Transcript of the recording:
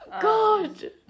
God